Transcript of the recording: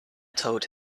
told